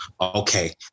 okay